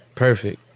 Perfect